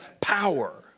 power